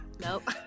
Nope